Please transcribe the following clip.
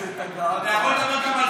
אתה יכול לדבר גם על